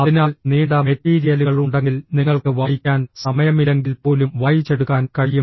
അതിനാൽ നീണ്ട മെറ്റീരിയലുകൾ ഉണ്ടെങ്കിൽ നിങ്ങൾക്ക് വായിക്കാൻ സമയമില്ലെങ്കിൽ പോലും വായിച്ചെടുക്കാൻ കഴിയും